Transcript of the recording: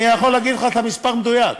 אני יכול להגיד לך את המספר המדויק,